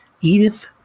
Edith